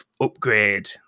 upgrade